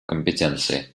компетенции